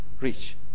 reach